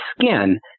skin